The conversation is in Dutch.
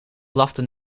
blafte